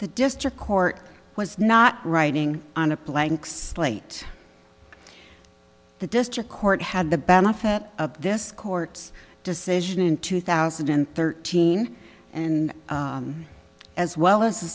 the district court was not writing on a blank slate the district court had the benefit of this court's decision in two thousand and thirteen and as well as the